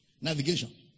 Navigation